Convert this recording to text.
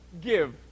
give